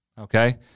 okay